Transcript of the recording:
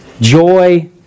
joy